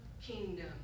kingdom